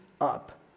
up